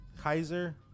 Kaiser